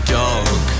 dog